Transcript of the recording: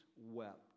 wept